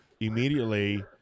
immediately